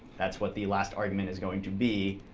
that's what the last argument is going to be.